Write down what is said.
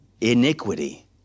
iniquity